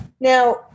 Now